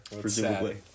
presumably